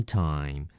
time